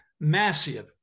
massive